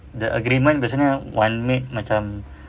the agreement biasanya one maid macam